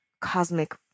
cosmic